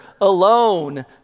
alone